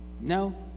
No